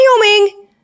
Wyoming